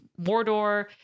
Mordor